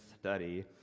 study